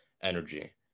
energy